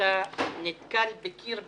אתה נתקל בקיר ברזל,